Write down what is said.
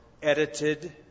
edited